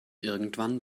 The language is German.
irgendwann